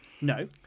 No